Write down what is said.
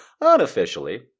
unofficially